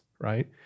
right